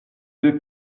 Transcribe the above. deux